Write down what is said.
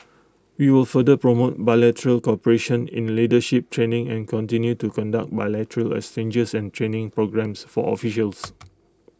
we will further promote bilateral cooperation in leadership training and continue to conduct bilateral exchanges and training programs for officials